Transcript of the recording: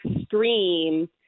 extreme